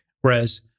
whereas